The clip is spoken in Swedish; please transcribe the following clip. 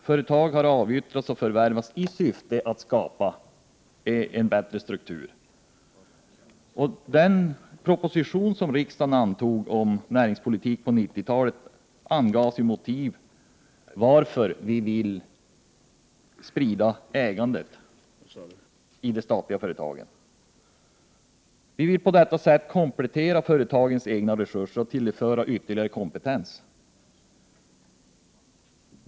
Företag har avyttrats och förvärvats i syfte att skapa en bättre struktur. I den proposition som riksdagen antog om näringspolitik på 90-talet angavs Prot. 1988/89:126 motiven för att vi vill sprida ägandet i statliga företag. Vi vill på detta sätt —1juni 1989 komplettera företagens egna resurser och tillföra ytterligare kompetens.